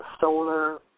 solar